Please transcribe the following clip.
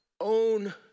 own